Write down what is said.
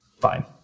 Fine